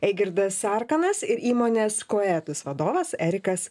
eigirdas sarkanas ir įmonės koetus vadovas erikas